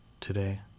today